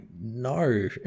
no